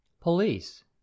Police